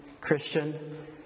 Christian